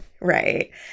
Right